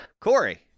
Corey